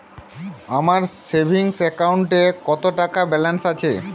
আমার সেভিংস অ্যাকাউন্টে কত টাকা ব্যালেন্স আছে?